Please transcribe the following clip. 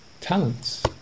talents